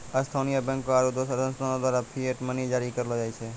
स्थानीय बैंकों आरू दोसर संस्थान द्वारा फिएट मनी जारी करलो जाय छै